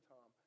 Tom